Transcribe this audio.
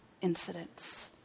incidents